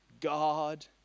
God